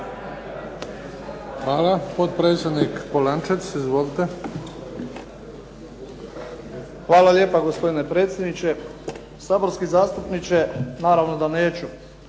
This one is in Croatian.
Izvolite. **Polančec, Damir (HDZ)** Hvala lijepa gospodine predsjedniče. Saborski zastupniče, naravno da neću